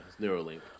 Neuralink